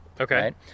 okay